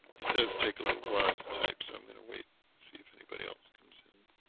it does take a little wild type, so i'm going to wait see if anybody else comes in